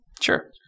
Sure